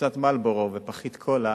קופסת "מרלבורו" ופחית קולה,